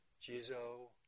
Jizo